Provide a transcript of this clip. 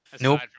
Nope